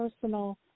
personal